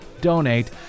donate